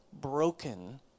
broken